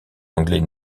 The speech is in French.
anglais